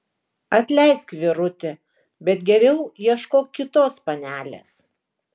atleisk vyruti bet geriau ieškok kitos panelės